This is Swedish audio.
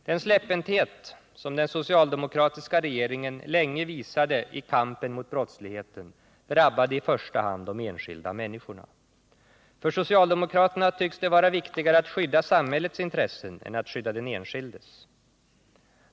Den släpphänthet som den socialdemokratiska regeringen länge visade i kampen mot brottsligheten drabbade i första hand de enskilda människorna. För socialdemokraterna tycks det vara viktigare att skydda samhällets intressen än att skydda den enskilde.